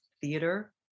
theater